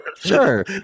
Sure